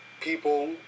people